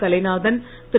Kalainathan Thiru